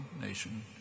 nation